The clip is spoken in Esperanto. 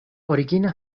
origina